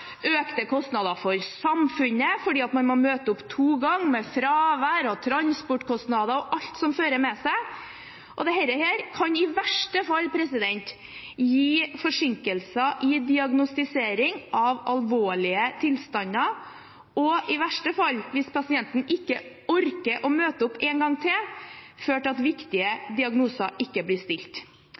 økte kostnader for samfunnet fordi man må møte opp to ganger – med fravær, transportkostnader og alt som det fører med seg. Dette kan gi forsinkelser i diagnostisering av alvorlige tilstander, og i verste fall, hvis pasienten ikke orker å møte opp én gang til, kan det føre til at viktige diagnoser ikke blir stilt.